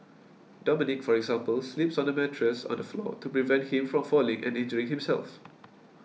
dominic for example sleeps on a mattress on the floor to prevent him from falling and injuring himself